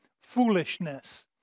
foolishness